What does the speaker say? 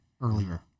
earlier